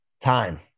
time